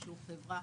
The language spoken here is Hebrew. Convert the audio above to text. בשיעור בחברה,